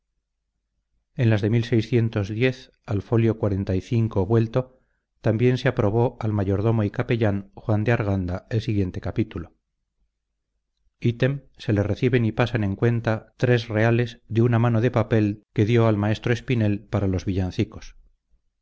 en las de al fól vto también se le aprobó al mayordomo y capellán juan de arganda el siguiente capítulo item se le reciben y pasan en cuenta rs de una mano de papel que dio al maestro espinel para los villancicos